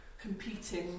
competing